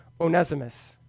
Onesimus